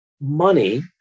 money